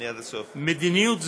מדיניות זו,